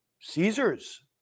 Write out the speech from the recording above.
Caesar's